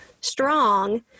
strong